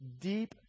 deep